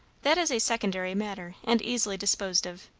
that is a secondary matter and easily disposed of.